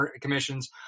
commissions